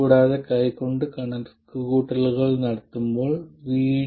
കൂടാതെ കൈകൊണ്ട് കണക്കുകൂട്ടലുകൾ നടത്തുമ്പോൾ VD 0